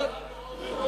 לא היה ולא נברא.